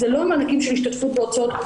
זה לא מענקים של השתתפות בהוצאות,